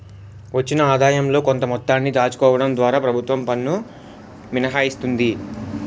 వచ్చిన ఆదాయంలో కొంత మొత్తాన్ని దాచుకోవడం ద్వారా ప్రభుత్వం పన్ను మినహాయిస్తుంది